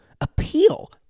appeal